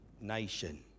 nation